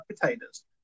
potatoes